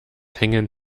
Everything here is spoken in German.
hängen